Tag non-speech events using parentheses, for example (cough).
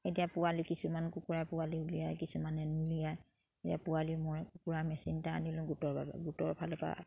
এতিয়া পোৱালি কিছুমান কুকুৰা পোৱালি উলিয়াই কিছুমানে (unintelligible) এতিয়া পোৱালি মই কুকুৰা মেচিন এটা আনিলোঁ গোটৰ বাবে গোটৰ ফালৰ পা